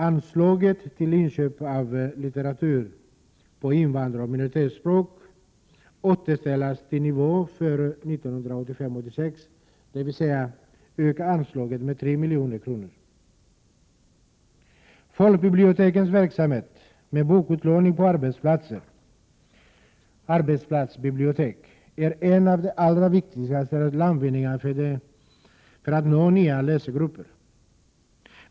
Anslaget till inköp av litteratur på invandraroch minoritetsspråk bör därför återställas till nivån före 1985/86, dvs. ökas med 3 milj.kr. Folkbibliotekens verksamhet med bokutlåning på arbetsplatser — arbetsplatsbibliotek — är en av de allra viktigaste landvinningarna för att nå nya läsargrupper.